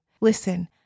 Listen